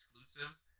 exclusives